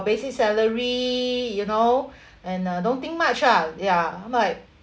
basic salary you know and uh don't think much ah ya I'm like